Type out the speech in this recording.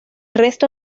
resto